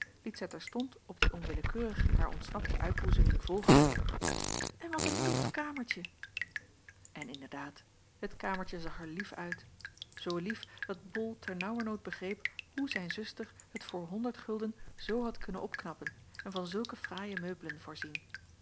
liet zij terstond op die onwillekeurig haar ontsnapte uitboezeming volgen en wat een lief kamertje en inderdaad het kamertje zag er lief uit zoo lief dat jacob van ennep laasje evenster ol ternaauwernood begreep hoe zijn zuster het voor honderd gulden zoo had kunnen opknappen en van zulke fraaie meubelen voorzien